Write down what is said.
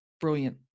brilliant